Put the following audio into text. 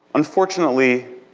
unfortunately,